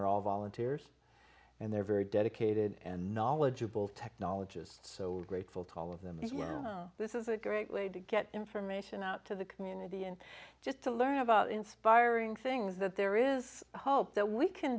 are all volunteers and they're very dedicated and knowledgeable technologists so grateful to all of them this is a great way to get information out to the community and just to learn about inspiring things that there is hope that we can